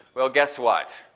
well, guess what.